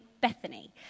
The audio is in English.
Bethany